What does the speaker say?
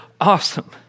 Awesome